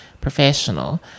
professional